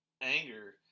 anger